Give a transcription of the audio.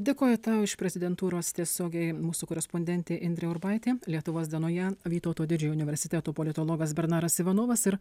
dėkoju tau iš prezidentūros tiesiogiai mūsų korespondentė indrė urbaitė lietuvos dienoje vytauto didžiojo universiteto politologas bernaras ivanovas ir